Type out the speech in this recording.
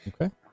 Okay